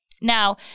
Now